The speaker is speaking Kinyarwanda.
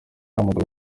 w’umupira